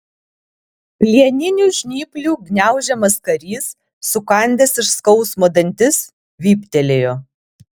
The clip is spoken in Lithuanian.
plieninių žnyplių gniaužiamas karys sukandęs iš skausmo dantis vyptelėjo